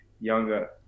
younger